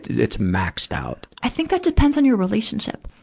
it's maxed out. i think that depends on your relationship.